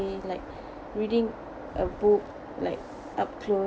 like reading a book like up close